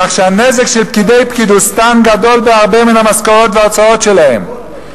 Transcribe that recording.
כך שהנזק של פקידי "פקידוסטן" גדול בהרבה מן המשכורות וההוצאות שלהם.